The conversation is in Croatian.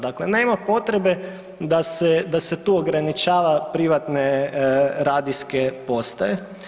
Dakle, nema potrebe da se tu ograničava privatne radijske postaje.